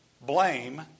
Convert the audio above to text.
blame